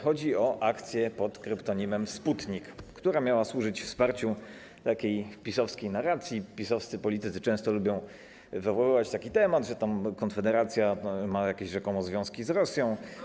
Chodzi o akcję pod kryptonimem „Sputnik”, która miała służyć wsparciu takiej PiS-owskiej narracji, PiS-owscy politycy często lubią wywoływać taki temat, że Konfederacja ma rzekomo jakieś związki z Rosją.